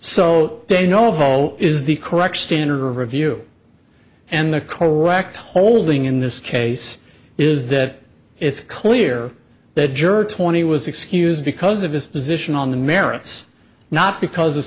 so they know overall is the correct standard or review and the correct holding in this case is that it's clear that juror twenty was excused because of his position on the merits not because of